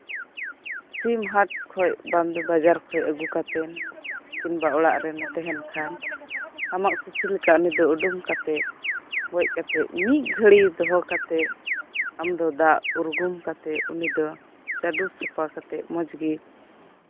ᱥᱤᱢ ᱦᱟᱴ ᱠᱷᱚᱱ ᱵᱟᱝ ᱫᱚ ᱵᱟᱡᱟᱨ ᱠᱷᱚᱱ ᱟᱜᱩ ᱠᱟᱛᱮ ᱠᱤᱝᱵᱟ ᱚᱲᱟᱜ ᱨᱮᱱᱮ ᱛᱟᱦᱮᱱ ᱠᱷᱟᱱ ᱟᱢᱟᱜ ᱠᱩᱥᱤᱞᱮᱠᱟ ᱩᱱᱤ ᱫᱚ ᱩᱰᱩᱝ ᱠᱟᱛᱮ ᱜᱚᱡ ᱠᱟᱛᱮ ᱢᱤᱫ ᱜᱷᱟᱹᱲᱤ ᱫᱚᱦᱚ ᱠᱟᱛᱮ ᱟᱢ ᱫᱚ ᱫᱟᱜ ᱩᱨᱜᱩᱢ ᱠᱟᱛᱮ ᱩᱱᱤ ᱫᱚ ᱪᱟᱰᱳ ᱥᱟᱯᱷᱟ ᱠᱟᱛᱮ ᱢᱚᱸᱡᱽ ᱜᱮ